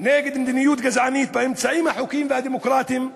נגד מדיניות גזענית באמצעים החוקיים והדמוקרטיים.